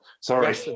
Sorry